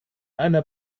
einer